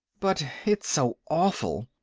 but it's so awful!